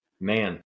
Man